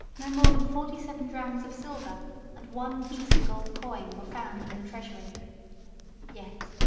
no more than forty-seven drams of silver and one piece of gold coin were found in the treasury yet,